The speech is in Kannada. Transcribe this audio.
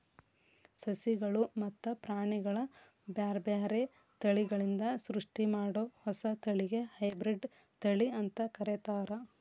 ಸಸಿಗಳು ಮತ್ತ ಪ್ರಾಣಿಗಳ ಬ್ಯಾರ್ಬ್ಯಾರೇ ತಳಿಗಳಿಂದ ಸೃಷ್ಟಿಮಾಡೋ ಹೊಸ ತಳಿಗೆ ಹೈಬ್ರಿಡ್ ತಳಿ ಅಂತ ಕರೇತಾರ